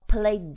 Play